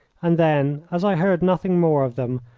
and then, as i heard nothing more of them,